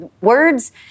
words